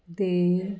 ਦੇ